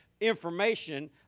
information